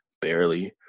barely